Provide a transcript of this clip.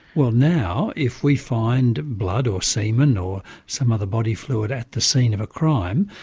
well now, if we find blood or semen or some other body fluid at the scene of a crime,